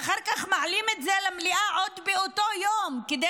ואחר כך מעלים את זה למליאה עוד באותו יום כדי